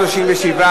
37,